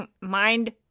Mind